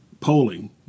Polling